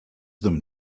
them